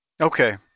Okay